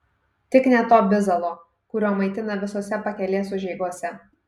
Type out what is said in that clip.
tik ne to bizalo kuriuo maitina visose pakelės užeigose